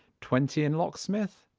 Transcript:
twenty in locksmith,